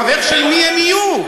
חברים של מי הם יהיו?